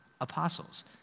apostles